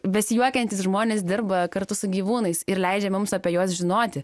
besijuokiantys žmonės dirba kartu su gyvūnais ir leidžia mums apie juos žinoti